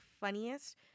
funniest